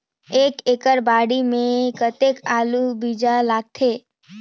एक एकड़ बाड़ी मे कतेक आलू बीजा लगथे?